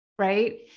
Right